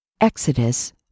Exodus